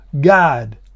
God